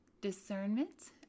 discernment